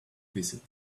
visit